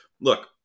look